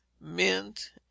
mint